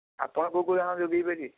ଆପଣ କେଉଁ କେଉଁ ଧାନ ଯୋଗାଇ ପାରିବେ